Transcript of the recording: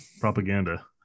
propaganda